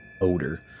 odor